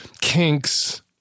kinks